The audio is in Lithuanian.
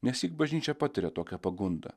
nesyk bažnyčia patiria tokią pagundą